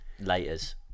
Laters